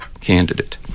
candidate